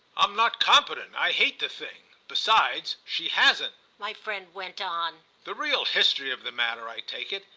i'm not competent i hate the thing. besides, she hasn't, my friend went on. the real history of the matter, i take it,